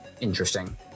interesting